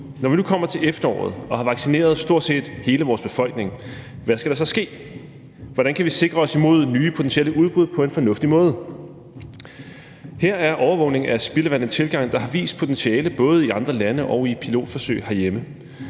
Når vi nu kommer til efteråret og har vaccineret stort set hele vores befolkning, hvad skal der så ske? Hvordan kan vi sikre os imod nye potentielle udbrud på en fornuftig måde? Her er overvågning af spildevand en tilgang, der har vist potentiale både i andre lande og i pilotforsøg herhjemme.